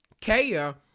Kaya